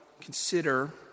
consider